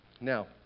Now